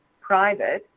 private